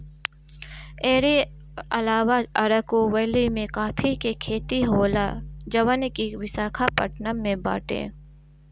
एकरी अलावा अरकू वैली में काफी के खेती होला जवन की विशाखापट्टनम में बाटे